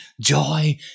joy